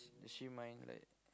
does she mind like